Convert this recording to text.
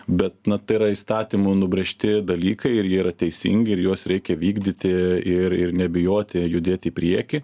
bet na tai yra įstatymų nubrėžti dalykai ir jie yra teisingi ir juos reikia vykdyti ir ir nebijoti judėt į priekį